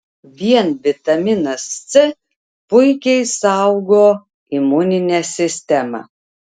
vien vitaminas c puikiai saugo imuninę sistemą